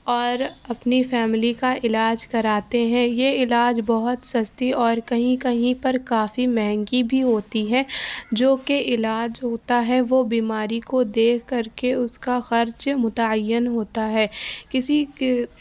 اور اپنی فیملی کا علاج کراتے ہیں یہ علاج بہت سستی اور کہیں کہیں پر کافی مہنگی بھی ہوتی ہیں جوکہ علاج ہوتا ہے وہ بیماری کو دیکھ کر کے اس کا خرچ متعین ہوتا ہے کسی کے